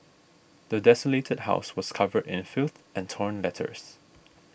the desolated house was covered in filth and torn letters